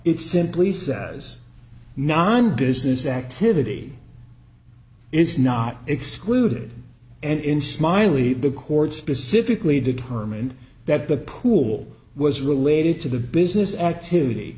it simply says non business activity it's not excluded and in smiley the court specifically determined that the pool was related to the business activity